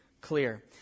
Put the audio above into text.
clear